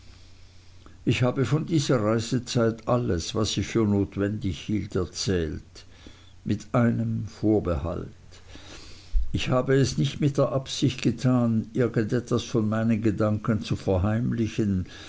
ich habe von dieser reisezeit alles was ich für notwendig hielt erzählt mit einem vorbehalt ich habe es nicht mit der absicht getan irgend etwas von meinen gedanken zu verheimlichen